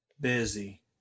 busy